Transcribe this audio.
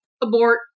abort